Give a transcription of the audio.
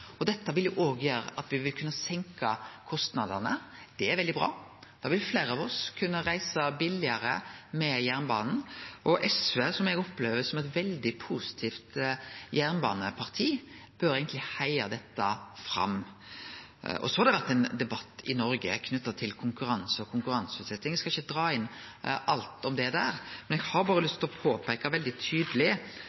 veldig bra. Da vil fleire av oss kunne reise billegare med jernbanen. SV, som eg opplever er eit veldig positivt jernbaneparti, bør eigentleg heie dette fram. Det har vore ein debatt i Noreg knytt til konkurranse og konkurranseutsetjing. Eg skal ikkje dra inn alt om det, men eg har